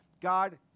God